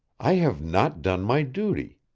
i have not done my duty,